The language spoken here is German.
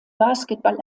basketball